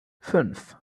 fünf